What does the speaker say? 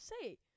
say